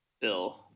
Bill